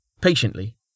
Patiently